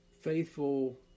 faithful